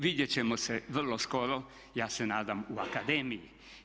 Vidjet ćemo se vrlo skoro, ja se nadam u akademiji.